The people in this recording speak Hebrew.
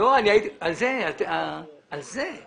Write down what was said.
שזה לא נורא.